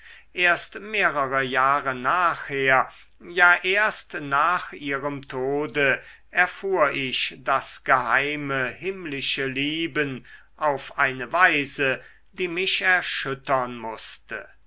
erst mehrere jahre nachher ja erst nach ihrem tode erfuhr ich das geheime himmlische lieben auf eine weise die mich erschüttern mußte